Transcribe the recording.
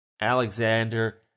Alexander